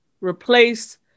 replace